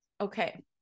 okay